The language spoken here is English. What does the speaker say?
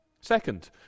Second